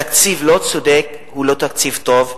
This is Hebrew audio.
תקציב לא צודק הוא לא תקציב טוב,